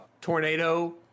Tornado